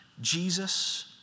Jesus